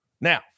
Now